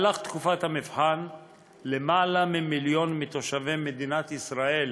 בתקופת המבחן קיבלו יותר ממיליון מתושבי מדינת ישראל,